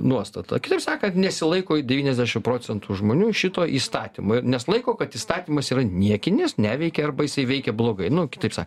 nuostatą kitaip sakant nesilaiko devyniasdešim procentų žmonių šito įstatymo ir nes laiko kad įstatymas yra niekinis neveikia arba jisai veikia blogai nu kitaip sakant